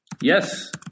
yes